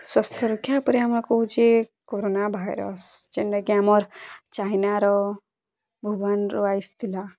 ସ୍ଵାସ୍ଥ ରକ୍ଷା ଉପରେ ଆମେ କହୁଛେ କରୋନା ଭାଇରସ୍ ଯେନ୍ଟା କି ଆମର୍ ଚାଇନାର ଭୁବନ୍ରୁ ଆସ୍ଥିଲା